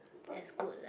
as good lah